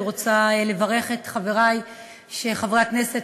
אני רוצה לברך את חברי חברי הכנסת,